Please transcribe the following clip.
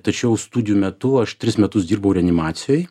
tačiau studijų metu aš tris metus dirbau reanimacijoj